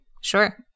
Sure